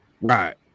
Right